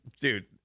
dude